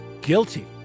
guilty